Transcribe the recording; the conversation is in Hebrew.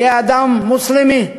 יהיה אדם מוסלמי,